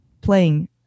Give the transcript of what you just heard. playing